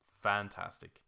fantastic